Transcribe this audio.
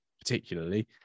particularly